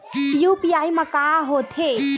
UPI मा का होथे?